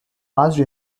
marched